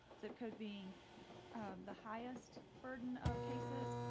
zip codes being the highest burden of cases,